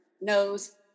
knows